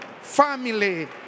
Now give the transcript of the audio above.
family